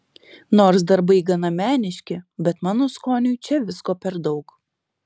nors darbai gana meniški bet mano skoniui čia visko per daug